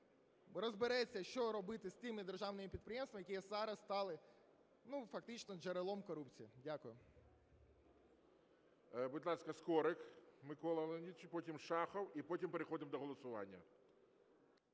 розбереться, що робити з тими державними підприємствами, які зараз стали фактично джерелом корупції. Дякую. ГОЛОВУЮЧИЙ. Будь ласка, Скорик Микола Леонідович, потім Шахов, і потім переходимо до голосування.